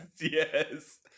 yes